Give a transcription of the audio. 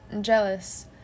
jealous